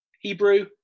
Hebrew